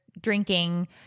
drinking